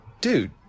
Dude